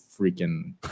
freaking